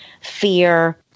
fear